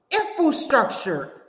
infrastructure